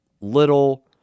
little